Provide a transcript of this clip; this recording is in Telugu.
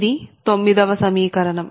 ఇది 9 వ సమీకరణం